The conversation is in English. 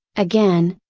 again,